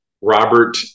robert